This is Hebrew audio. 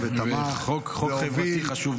והחוק הוא חוק חברתי חשוב מאוד.